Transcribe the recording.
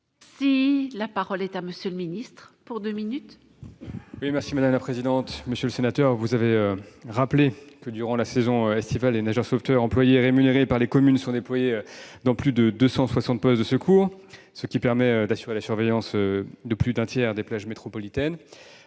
? La parole est à M. le secrétaire d'État. Monsieur le sénateur, vous avez rappelé que, durant la saison estivale, les nageurs sauveteurs employés et rémunérés par les communes sont déployés dans plus de 260 postes de secours, ce qui permet d'assurer la surveillance de plus d'un tiers des plages métropolitaines.